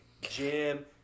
gym